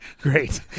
great